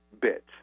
bit